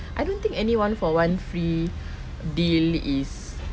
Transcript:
I don't think any one for one free deal is